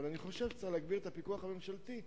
אבל אני חושב שצריך להגביר את הפיקוח הממשלתי,